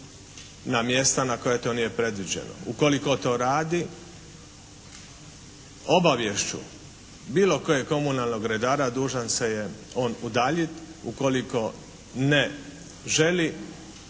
na mjesta na koja to nije predviđeno. Ukoliko to radi obaviješću bilo kojeg komunalnog redara dužan se on udaljiti, ukoliko ne želi